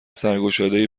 سرگشادهای